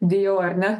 bijau ar ne